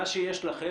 מה שיש לכם,